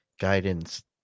guidance